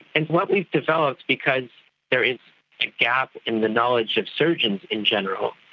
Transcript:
and what we've developed, because there is a gap in the knowledge of surgeons in general,